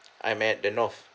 I'm at the north